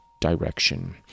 direction